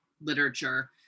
literature